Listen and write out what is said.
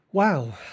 Wow